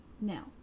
Now